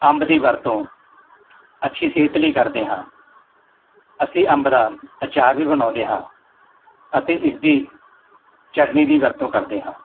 ਅੰਬ ਦੀ ਵਰਤੋਂ ਅੱਛੀ ਸਿਹਤ ਲਈ ਕਰਦੇ ਹਾਂ ਅਸੀਂ ਅੰਬ ਦਾ ਅਚਾਰ ਵੀ ਬਣਾਉਂਦੇ ਹਾਂ ਅਤੇ ਇਸਦੀ ਚਟਣੀ ਦੀ ਵਰਤੋਂ ਕਰਦੇ ਹਾਂ